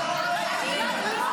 להציע.